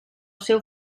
seu